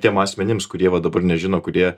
tiem asmenims kurie va dabar nežino kurie